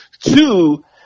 Two